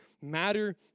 matter